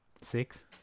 six